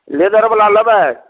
लेदरबला लेबै